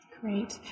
Great